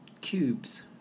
cubes